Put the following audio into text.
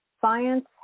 Science